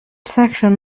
section